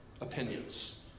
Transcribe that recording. opinions